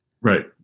right